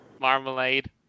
Marmalade